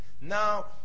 now